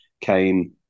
came